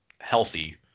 healthy